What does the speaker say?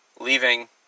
leaving